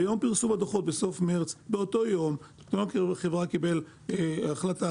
ביום פרסום הדוחות בסוף מרס החברה קיבלה של